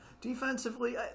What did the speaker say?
Defensively